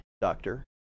doctor